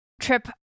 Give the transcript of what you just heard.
trip